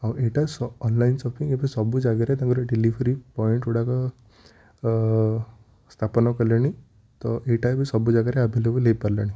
ଆଉ ଏଇଟା online shopping ଏବେ ସବୁ ଜାଗାରେ ତାଙ୍କର ଡେଲିଭରି ବୟଗୁଡ଼ାକ ସ୍ଥାପନ କଲେଣି ତ ଏଇଟା ଏବେ ସବୁ ଜାଗାରେ ଆଭେଲେବଲ୍ ହେଇପାରିଲାଣି